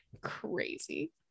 Crazy